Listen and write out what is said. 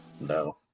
No